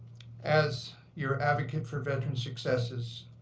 as your advocate for veteran successes,